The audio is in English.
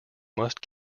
must